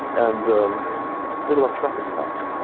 and they were like traffic cops.